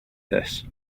this